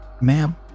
ma'am